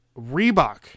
Reebok